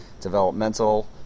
developmental